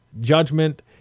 judgment